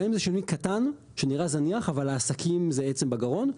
גם אם זה שינוי קטן שנראה זניח אבל לעסקים זה עצם בגרון,